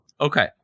okay